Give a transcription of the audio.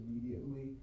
immediately